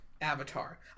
Avatar